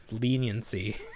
leniency